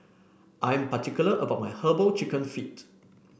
I'm particular about my herbal chicken feet